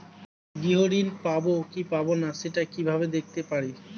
গৃহ ঋণ পাবো কি পাবো না সেটা কিভাবে দেখতে পারি?